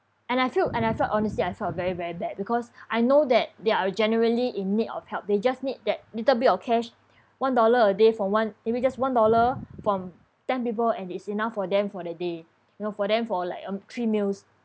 and I feel and I felt honestly I felt very very bad because I know that they are generally in need of help they just need that little bit of cash one dollar a day for one maybe just one dollar from ten people and it's enough for them for the day you know for them for like um three meals